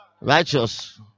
righteous